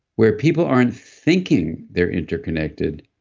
where people aren't thinking they're interconnected.